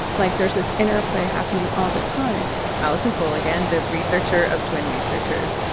like, there's this interplay happening all the time alison cool again, the researcher of twin researchers.